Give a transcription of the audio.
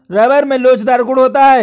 rubber में लोचदार गुण होता है